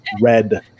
red